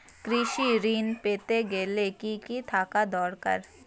কৃষিঋণ পেতে গেলে কি কি থাকা দরকার?